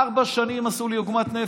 ארבע שנים עשו לי עוגמת נפש.